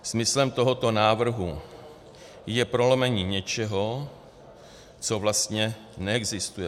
Smyslem tohoto návrhu je prolomení něčeho, co vlastně neexistuje.